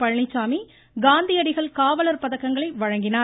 பழனிச்சாமி காந்தியடிகள் காவலர் பதக்கங்களை வழங்கினார்